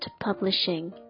Publishing